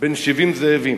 בין 70 זאבים.